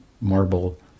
marble